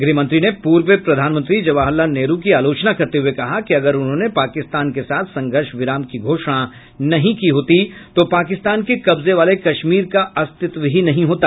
गृहमंत्री ने पूर्व प्रधानमंत्री जवाहरलाल नेहरू की आलोचना करते हुए कहा कि अगर उन्होंने पाकिस्तान के साथ संघर्ष विराम की घोषणा नहीं की होती तो पाकिस्तान के कब्जे वाले कश्मीर का अस्तित्व ही नहीं होता